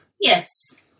yes